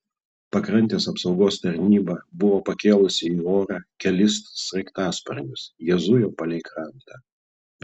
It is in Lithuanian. pakrantės apsaugos tarnyba buvo pakėlusi į orą kelis sraigtasparnius jie zujo palei krantą